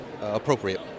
appropriate